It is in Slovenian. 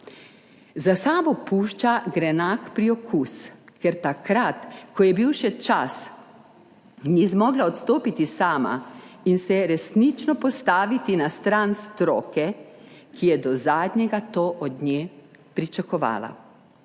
Za sabo pušča grenak priokus, ker takrat, ko je bil še čas, ni zmogla odstopiti sama in se resnično postaviti na stran stroke, ki je do zadnjega to od nje pričakovala.